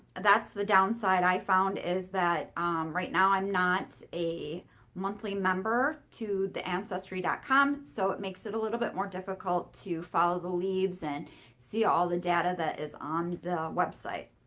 that's the downside i found is that right now i'm not a monthly member to the ancestry com, so it makes it a little bit more difficult to follow the leaves and see all the data that is on the website.